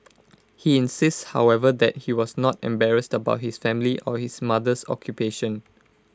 he insists however that he was not embarrassed about his family or his mother's occupation